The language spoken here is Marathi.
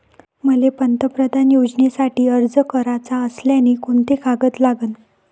मले पंतप्रधान योजनेसाठी अर्ज कराचा असल्याने कोंते कागद लागन?